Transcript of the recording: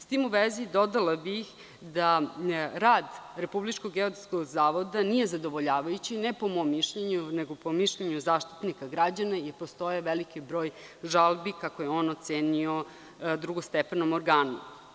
Sa tim u vezi, dodala bih da rad Republičkog geodetskog zavoda nije zadovoljavajući, ne po mom mišljenju nego po mišljenju Zaštitnika građana jer postoji veliki broj žalbi, kako je on ocenio, drugostepenog organu.